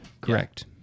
Correct